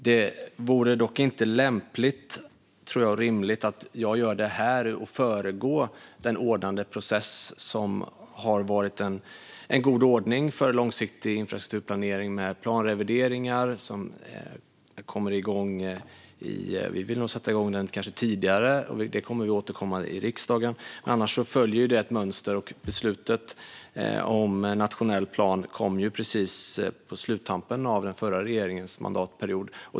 Det vore dock inte lämpligt eller rimligt, tror jag, om jag skulle föregå den ordnade process med planrevideringar som har varit en god ordning för långsiktig infrastrukturplanering. Vi vill nog sätta igång en planrevidering tidigare. Det kommer vi att återkomma till i riksdagen. Detta följer ett mönster. Beslutet om nationell plan kom precis på sluttampen av den förra regeringens mandatperiod.